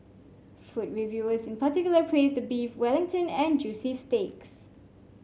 food reviewers in particular praised the Beef Wellington and juicy steaks